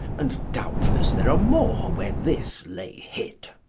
and doubtless there are more where this lay hid.